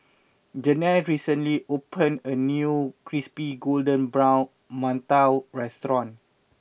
Janel recently opened a new Crispy Golden Brown Mantou restaurant